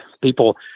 people